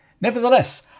Nevertheless